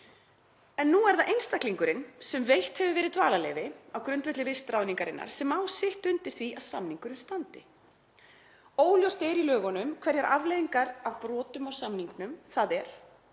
En nú er það einstaklingurinn sem veitt hefur verið dvalarleyfi á grundvelli vistráðningarinnar sem á sitt undir því að samningurinn standi. Óljóst er í lögunum hverjar afleiðingar af brotum á samningnum, þ.e.